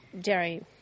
dairy